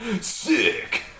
sick